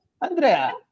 Andrea